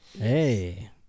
Hey